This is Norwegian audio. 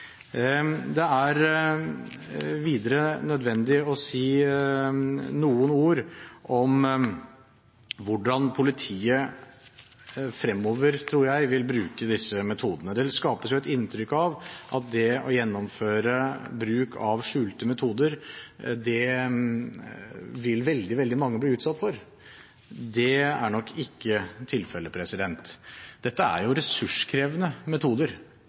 Det er videre nødvendig å si noen ord om hvordan politiet vil bruke disse metodene fremover, tror jeg. Det skapes et inntrykk av at det å gjennomføre bruk av skjulte metoder vil føre til at veldig mange blir utsatt for dette. Det er nok ikke tilfellet. Dette er ressurskrevende metoder.